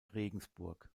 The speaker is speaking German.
regensburg